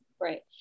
Right